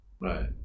Right